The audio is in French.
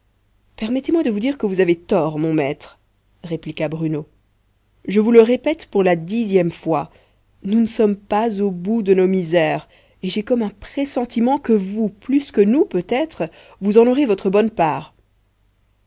permettez-moi de vous dire que vous avez tort mon maître répliqua bruno je vous le répète pour la dixième fois nous ne sommes pas au bout de nos misères et j'ai comme un pressentiment que vous plus que nous peut-être vous en aurez votre bonne part